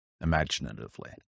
imaginatively